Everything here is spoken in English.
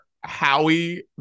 howie